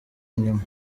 inyuma